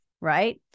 right